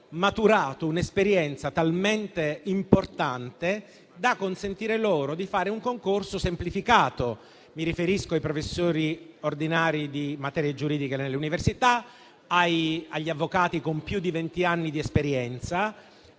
maturato un'esperienza talmente importante da consentire loro di fare un concorso semplificato. Mi riferisco ai professori ordinari di materie giuridiche nelle università e agli avvocati con più di vent'anni di esperienza.